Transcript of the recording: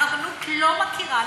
הרבנות לא מכירה,